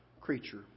creature